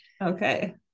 Okay